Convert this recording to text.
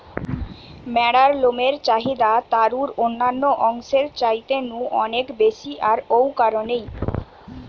ম্যাড়ার লমের চাহিদা তারুর অন্যান্য অংশের চাইতে নু অনেক বেশি আর ঔ কারণেই